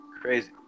Crazy